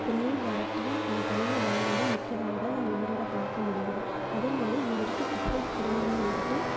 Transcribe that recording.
இப்போ நீர்வரத்தும் கனிமவளங்களும் மிக்கதாகதான் நம்ம ஈரோடு பார்க்க முடியுது அதேமாதிரி இங்கே இருக்க குப்பைக் கிடங்குகள் வந்துட்டு